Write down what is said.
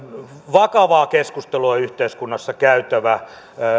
on vakavaa keskustelua yhteiskunnassa käytävä siitä